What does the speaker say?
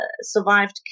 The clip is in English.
survived